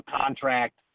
contract